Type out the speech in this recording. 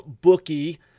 bookie